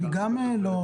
אני גם לא.